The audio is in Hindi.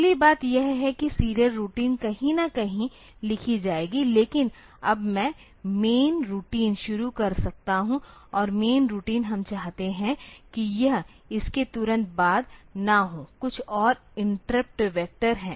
अगली बात यह है कि सीरियल रूटीन कहीं न कहीं लिखी जाएगी लेकिन अब मैं मैन रूटीन शुरू कर सकता हूं और मैन रूटीन हम चाहते हैं कि यह इसके तुरंत बाद न हो कुछ और इंटरप्ट वैक्टर हैं